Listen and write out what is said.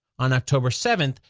on october seventh,